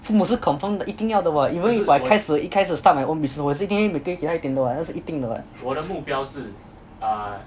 父母是 confirm 的一定要的 what even if I 开始一开始 start my own business 的时候我是会一定会每个月给他们一点那是一定的 what